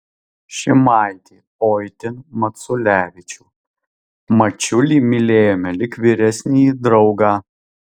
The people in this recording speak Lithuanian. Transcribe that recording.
šimaitį o itin maculevičių mačiulį mylėjome lyg vyresnįjį draugą